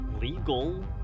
legal